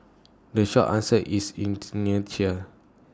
the short answer is inertia